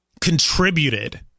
contributed